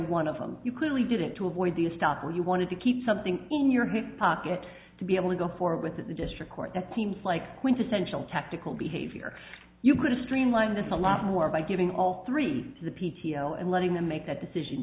one of them you clearly did it to avoid the stop or you wanted to keep something in your pocket to be able to go forward with the district court that seems like quintessential tactical behavior you could streamline this a lot more by giving all three the p t o and letting them make that decision